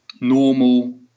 normal